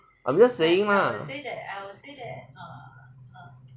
I'm just saying lah